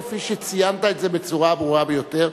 כפי שציינת את זה בצורה ברורה ביותר,